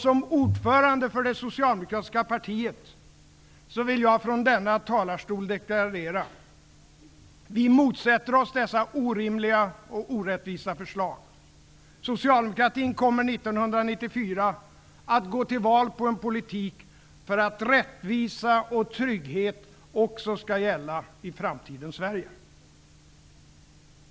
Som ordförande för det socialdemokratiska partiet vill jag från denna talarstol deklarera: Vi motsätter oss dessa orimliga och orättvisa förslag. Socialdemokratin kommer 1994 att gå till val på en politik som innebär att rättvisa och trygghet också skall gälla i framtidens Sverige.